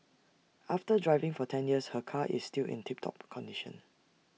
after driving for ten years her car is still in tip top condition